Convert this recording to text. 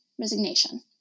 resignation